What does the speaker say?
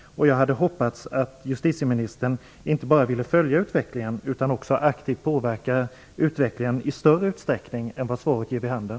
Jag hade hoppats att justitieministern inte bara ville följa utvecklingen utan också aktivt påverka utvecklingen i större utsträckning än vad svaret ger vid handen.